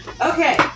Okay